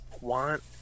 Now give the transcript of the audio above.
want